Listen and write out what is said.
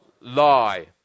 lie